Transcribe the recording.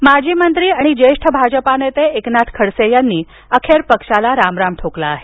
खडसे माजी मंत्री आणि ज्येष्ठ भाजपा नेते एकनाथ खडसे यांनी अखेर पक्षाला रामराम ठोकला आहे